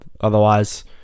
otherwise